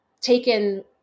taken